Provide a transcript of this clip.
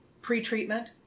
pre-treatment